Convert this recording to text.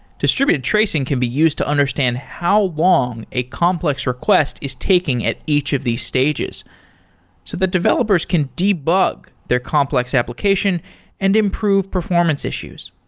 distributed tracing can be used to understand how long a complex request is taking at each of these stages so the developers can debug their complex application and improve performance issues.